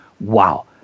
wow